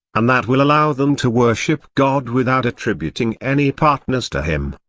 and that will allow them to worship god without attributing any partners to him.